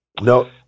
No